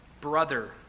brother